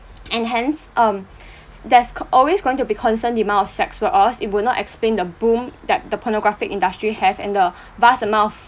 and hence um there's always going to be constant demand of sex work or else it would not explain the boom that the pornographic industry have and the vast amount of